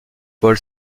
paul